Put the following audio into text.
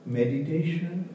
meditation